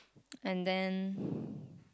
and then